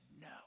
no